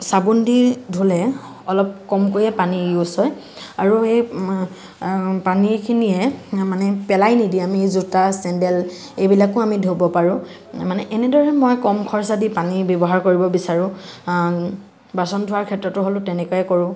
চাবোন দি ধুলে অলপ কমকৈয়ে পানী ইউজ হয় আৰু এই পনীখিনিয়ে মানে পেলাই নিদি আমি জোতা চেণ্ডেল এইবিলাকো আমি ধুব পাৰো মানে এনেদৰে মই কম খৰচা দি পানী ব্যৱহাৰ কৰিব বিচাৰো বাচন ধোৱাৰ ক্ষেত্ৰতো হ'লেও তেনেকুৱাই কৰো